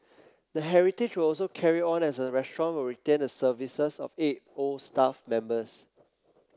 the heritage will also carry on as the restaurant will retain the services of eight old staff members